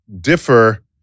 differ